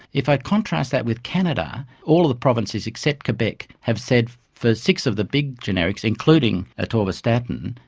if i contrast that with canada, all of the provinces except quebec have said for six of the big generics, including ah atorvastatin,